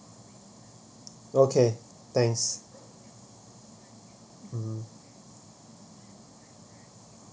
okay thanks mm